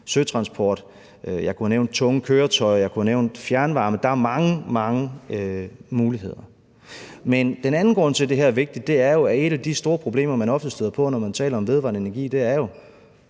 køretøjer, jeg kunne have nævnt fjernvarme, der er mange, mange muligheder. Den anden grund til, at det her er vigtigt, er, at et af de store problemer, man ofte støder på, når man taler om vedvarende energi,